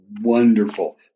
wonderful